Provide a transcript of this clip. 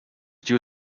due